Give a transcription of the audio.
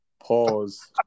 Pause